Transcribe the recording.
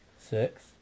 six